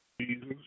Jesus